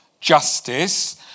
justice